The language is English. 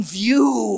view